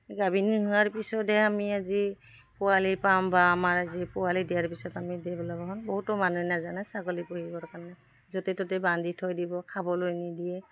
গাভিনী হোৱাৰ পিছতেহ আমি আজি পোৱালি পাম বা আমাৰ আজি পোৱালি দিয়াৰ পিছত আমি বহুতো মানুহ নাজানে ছাগলী পুহিবৰ কাৰণে য'তে ত'তে বান্ধি থৈ দিব খাবলৈ নিদিয়ে